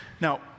Now